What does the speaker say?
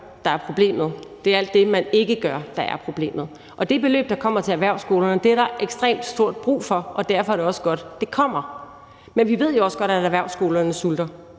der er problemet. Det er alt det, man ikke gør, der er problemet. Det beløb, der kommer til erhvervsskolerne, er der ekstremt meget brug for. Derfor er det også godt, det kommer. Men vi ved jo også godt, at erhvervsskolerne sulter.